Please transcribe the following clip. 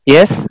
Yes